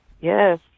Yes